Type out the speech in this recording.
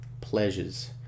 pleasures